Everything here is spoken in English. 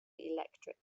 electric